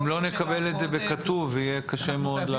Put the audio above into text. אם לא נקבל את זה בכתוב יהיה קשה מאוד לעקוב.